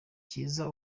cyiza